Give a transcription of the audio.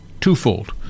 twofold